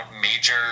major